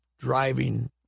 driving